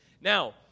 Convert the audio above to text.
Now